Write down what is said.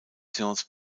sciences